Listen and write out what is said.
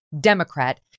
Democrat